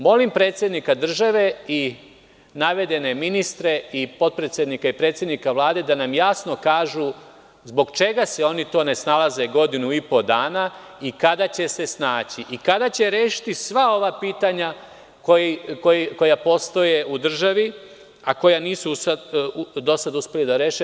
Molim predsednika države, navedene ministre, potpredsednika i predsednika Vlade da nam jasno kažu zbog čega se oni to ne snalaze godinu i po dana i kada će se snaći i kada će rešiti sva ova pitanja koja postoje u državi, a koja nisu do sada uspeli da reše?